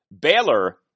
Baylor